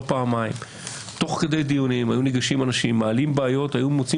פעמיים תוך כדי דיונים היו ניגשים אנשים ומעלים בעיות ולפעמים מוצאים